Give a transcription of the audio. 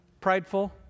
prideful